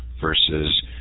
versus